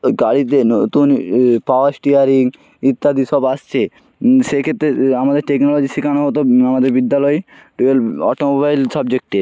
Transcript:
ওই গাড়িতে নতুন পাওয়ার স্টিয়ারিং ইত্যাদি সব আসছে সেক্ষেত্রে আমাদের টেকনোলজি শেখানো হতো আমাদের বিদ্যালয়ে টুয়েলভ অটোমোবাইল সাবজেক্টে